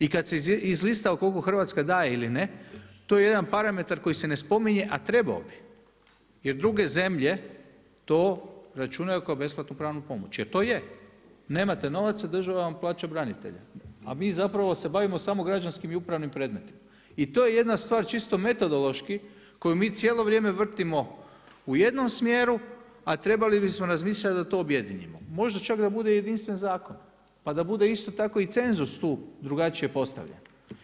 I kada se izlista koliko Hrvatska daje ili ne, to je jedan parametar koji se ne spominje a trebao bi jer druge zemlje to računaju kao besplatnu pravnu pomoć jer to je, nemate novaca država vam plaća branitelje a mi zapravo se bavimo samo građanskim i upravnim predmetima i to je jedna stvar čisto metodološki koju mi cijelo vrijeme vrtimo u jednom smjeru a trebali bismo razmišljati da to objedinimo, možda čak da bude i jedinstven zakon pa da bude isto tako i cenzus tu drugačije postavljen.